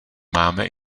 máme